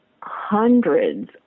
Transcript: hundreds